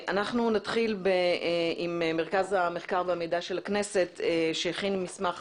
אנחנו נתחיל עם מרכז המחקר והמידע של הכנסת שהכין מסמך